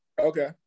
Okay